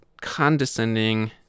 condescending